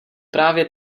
právě